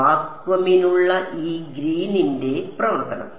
വാക്വമിനുള്ള ഈ ഗ്രീനിന്റെ പ്രവർത്തനം